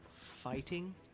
fighting